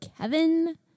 kevin